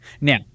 Now